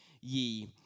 ye